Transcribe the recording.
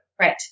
Right